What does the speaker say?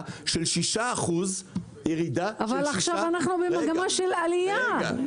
של 6%. אבל עכשיו אנחנו במגמה של עלייה.